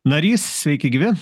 narys sveiki gyvi